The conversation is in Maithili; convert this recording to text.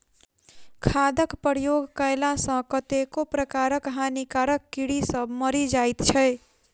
खादक प्रयोग कएला सॅ कतेको प्रकारक हानिकारक कीड़ी सभ मरि जाइत छै